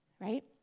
right